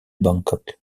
bangkok